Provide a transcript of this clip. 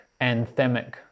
anthemic